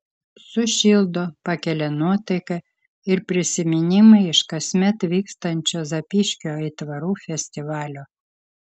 sušildo pakelia nuotaiką ir prisiminimai iš kasmet vykstančio zapyškio aitvarų festivalio